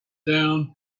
down